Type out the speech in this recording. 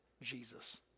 Jesus